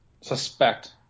suspect